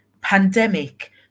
pandemic